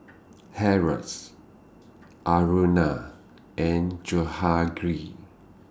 Haresh Aruna and Jahangir